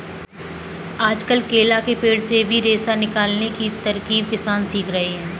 आजकल केला के पेड़ से भी रेशा निकालने की तरकीब किसान सीख रहे हैं